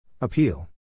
Appeal